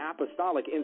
apostolic